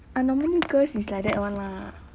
ah normally girls is like that [one] lah